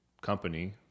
company